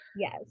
yes